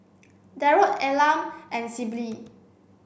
Darold Elam and Sibyl